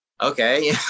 okay